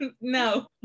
No